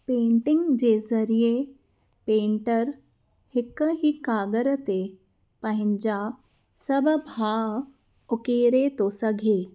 painting जे ज़़रिये painter हिक कागड़ ते पहेंजा सभ भाव उकेड़े तो सघे